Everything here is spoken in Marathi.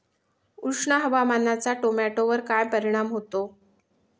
उष्ण हवामानाचा टोमॅटोवर काय परिणाम होतो?